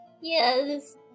Yes